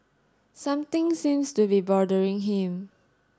something seems to be bothering him